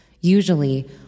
Usually